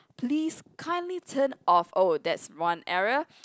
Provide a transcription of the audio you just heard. please kindly turn off oh that's one error